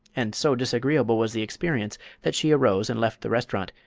and so disagreeable was the experience that she arose and left the restaurant,